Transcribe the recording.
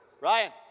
Ryan